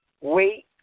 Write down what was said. wait